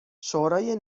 شورای